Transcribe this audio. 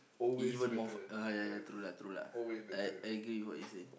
even more fa~ ah ya ya true lah true lah I I agree with what you say